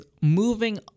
moving